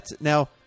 Now